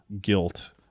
guilt